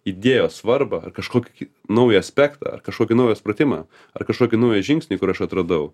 idėjos svarbą ar kažkokį naują aspektą ar kažkokį naują supratimą ar kažkokį naują žingsnį kur aš atradau